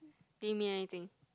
didn't mean anything